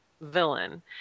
villain